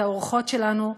את האורחות שלנו,